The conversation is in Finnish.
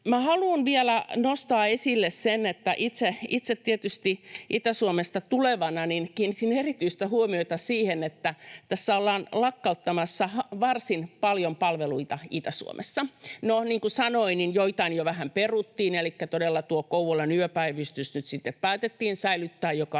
haluan vielä nostaa esille sen, että itse Itä-Suomesta tulevana kiinnitin tietysti erityistä huomiota siihen, että tässä ollaan lakkauttamassa varsin paljon palveluita Itä-Suomessa. No, niin kuin sanoin, joitain jo vähän peruttiin, elikkä todella Kouvolan yöpäivystys nyt sitten päätettiin säilyttää, mikä oli